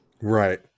Right